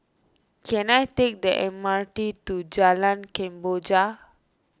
can I take the M R T to Jalan Kemboja